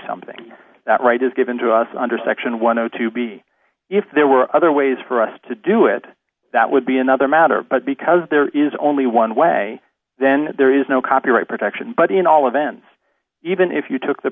something that right is given to us under section one hundred and two b if there were other ways for us to do it that would be another matter but because there is only one way then there is no copyright protection but in all events even if you took the